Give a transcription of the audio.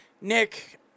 Nick